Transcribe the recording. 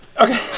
Okay